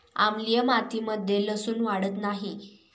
आम्लीय मातीमध्ये लसुन वाढत नाही